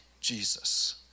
Jesus